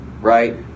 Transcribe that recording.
right